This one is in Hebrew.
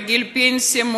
לגיל פנסיה.